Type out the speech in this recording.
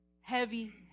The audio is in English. Heavy